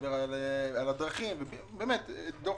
מדבר על הדרכים, באמת דוח